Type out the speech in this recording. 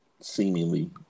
seemingly